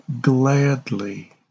gladly